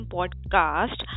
Podcast